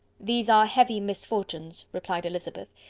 these are heavy misfortunes, replied elizabeth.